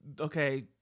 okay